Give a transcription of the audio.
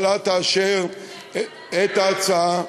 הפגרה תאשר הממשלה את ההצעה.